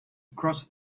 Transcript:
across